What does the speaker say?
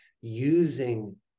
using